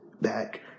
back